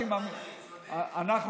אוריאל